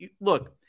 look